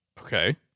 Okay